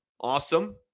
Awesome